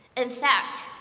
in fact,